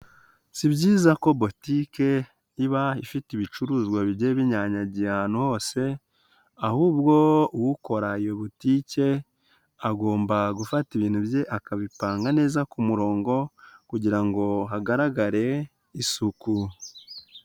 Si byiza ko butike iba ifite ibicuruzwa binyanyagiye ahantu hose ahubwo ukora muri butike agomba gufata ibintu bye akabipanga neza ku murongo kugira ngo hagaragare isuku.